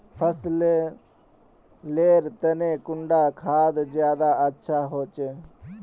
फसल लेर तने कुंडा खाद ज्यादा अच्छा होचे?